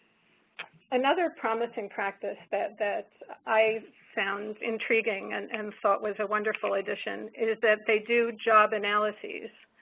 another promising practice that that i've found intriguing and and thought was a wonderful edition, is that they do job analyses.